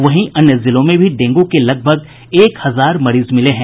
वहीं अन्य जिलों में भी डेंगू के लगभग एक हजार मरीज मिले हैं